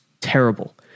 terrible